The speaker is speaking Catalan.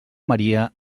maria